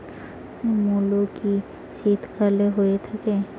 মূলো কি শীতকালে হয়ে থাকে?